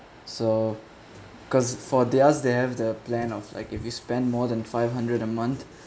so because for they us they have the plan of like if we spent more than five hundred a month